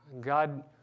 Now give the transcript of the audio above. God